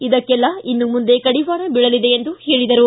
ಇದಕ್ಕೆಲ್ಲ ಇನ್ನು ಮುಂದೆ ಕಡಿವಾಣ ಬೀಳಲಿದೆ ಎಂದು ಹೇಳಿದರು